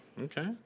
Okay